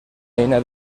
eina